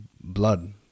blood